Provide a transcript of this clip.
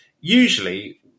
usually